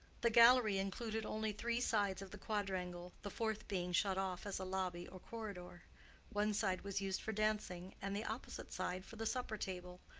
the gallery included only three sides of the quadrangle, the fourth being shut off as a lobby or corridor one side was used for dancing, and the opposite side for the supper-table,